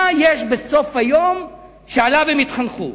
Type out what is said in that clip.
מה יש בסוף היום שעליו הם התחנכו?